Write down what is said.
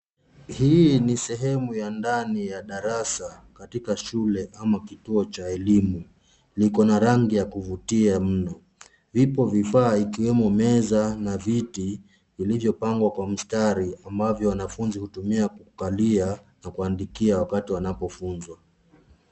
Hii ni sehemu ya ndani ya darasa katika shule au kituo cha elimu. Liko na rangi ya kuvutia mno. Vipo vifaa vikiwemo meza na viti vilivyopangwa kwa mistari ambapo wanafunzi hutumia kukalia na kuandikia wakati wanapofunzwa.